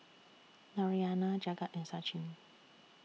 Narayana Jagat and Sachin